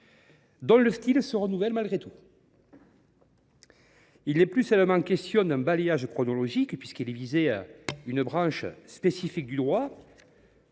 dont le style se renouvelle malgré tout. En effet, il n’est plus seulement question d’un balayage chronologique : on vise ici une branche spécifique du droit,